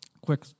quick